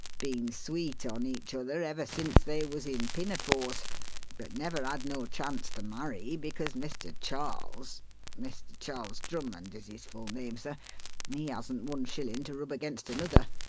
been sweet on each other ever since they was in pinafores but never had no chance to marry because mr. charles mr. charles drummond is his full name, sir he hasn't one shillin' to rub against another,